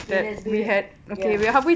okay let's do it ya